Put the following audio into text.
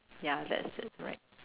ya that's it right